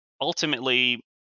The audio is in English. ultimately